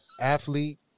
athlete